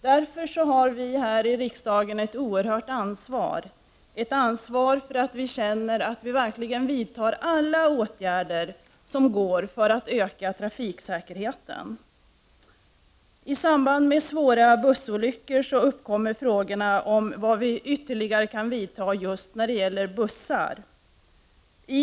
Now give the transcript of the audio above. Vi har därför här i riksdagen ett oerhört ansvar för att verkligen vidta alla de åtgärder som kan vidtas för att öka trafiksäkerheten. I samband med svåra bussolyckor uppkommer frågor om vilka ytterligare åtgärder som vi kan vidta i busstrafiken.